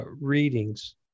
readings